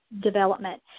development